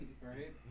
right